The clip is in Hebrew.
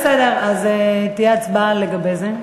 בסדר, אז תהיה הצבעה על זה.